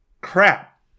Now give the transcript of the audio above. crap